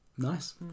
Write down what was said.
nice